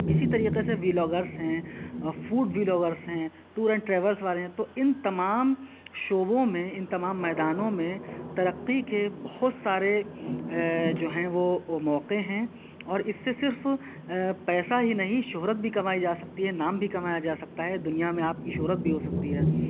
اسی طریقے سے ولاگرس ہیں فوڈ ولاگرس ہیں ٹور اینڈ ٹریولز والے ہیں تو ان تمام شعبوں میں ان تمام میدانوں میں ترقی کے بہت سارے جو ہیں وہ موقع ہیں اور اس سے صرف پیسہ ہی نہیں شہرت بھی کمائی جا سکتی ہے نام بھی کمایا جا سکتا ہے دنیا میں آپ کی شہرت بھی ہو سکتی ہے